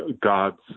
God's